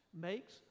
makes